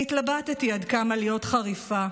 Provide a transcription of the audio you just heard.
אני התלבטתי עד כמה להיות חריפה,